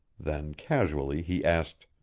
then, casually, he asked,